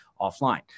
offline